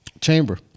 chamber